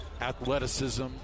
athleticism